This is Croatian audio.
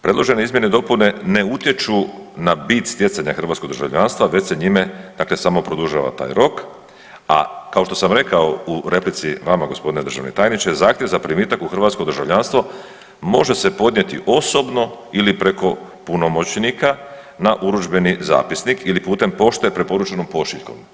Predložene izmjene i dopune ne utječu na bit stjecanja hrvatskog državljanstva već se njime dakle samo produžava taj rok, a kao što sam rekao u replici vama, g. državni tajniče, zahtjev za primitak u hrvatsko državljanstvo može se podnijeti osobno ili preko punomoćnika na urudžbeni zapisnik ili putem pošte preporučenom pošiljkom.